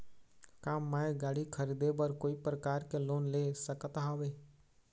का मैं गाड़ी खरीदे बर कोई प्रकार के लोन ले सकत हावे?